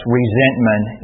resentment